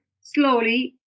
slowly